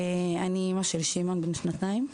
אני אימא לש' בן השנתיים.